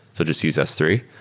so just use s three.